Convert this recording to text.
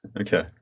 okay